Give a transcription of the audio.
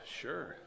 sure